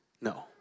no